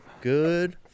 Good